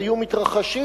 היו מתרחשים,